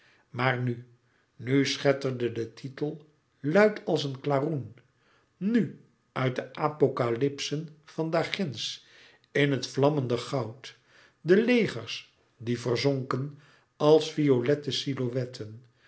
maar nu nu schetterde de titel luid als een klaroen louis couperus metamorfoze nu uit de apocalypsen van daarginds in het vlammende goud de legers die verzonken als violette